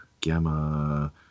Gamma